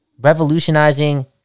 Revolutionizing